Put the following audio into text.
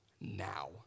now